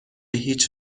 هیچ